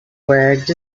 wagged